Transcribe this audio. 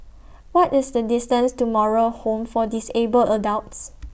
What IS The distance to Moral Home For Disabled Adults